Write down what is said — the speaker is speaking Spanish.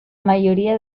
mayoría